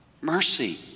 Mercy